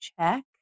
check